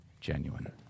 genuine